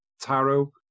Tarot